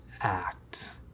act